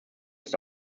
ist